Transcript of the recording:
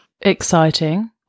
Exciting